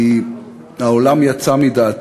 כי העולם יצא מדעתו.